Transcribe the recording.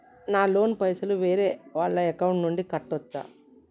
నా లోన్ పైసలు వేరే వాళ్ల అకౌంట్ నుండి కట్టచ్చా?